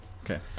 Okay